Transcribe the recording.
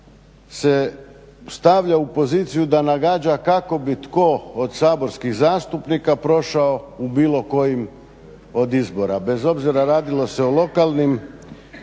se stavlja u poziciju da nagađa kako bi tko od saborskih zastupnika prošao u bilo kojim od izbora, bez obzira radilo se o lokalnim,